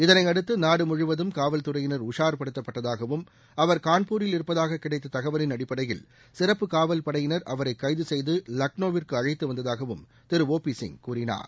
இதனையடுத்து நாடு முழுவதும் காவல்துறையினர் உஷார்படுத்தப்பட்டதாகவும் அவர் கான்பூரில் இருப்பதாக கிடைத்த தகவலின் அடிப்படையில் சிறப்பு காவல் படையினர் அவரை கைது செய்து லக்னோவிற்கு அழைத்து வந்ததாகவும் திரு ஓ பி சிங் கூறினார்